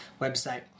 website